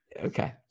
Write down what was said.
Okay